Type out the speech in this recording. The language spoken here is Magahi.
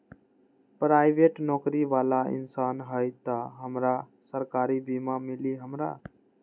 पराईबेट नौकरी बाला इंसान हई त हमरा सरकारी बीमा मिली हमरा?